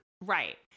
Right